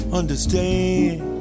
understand